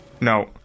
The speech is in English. No